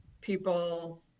people